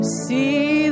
see